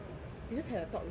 they just had a talk recently